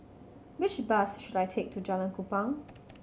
which bus should I take to Jalan Kupang